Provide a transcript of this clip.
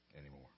anymore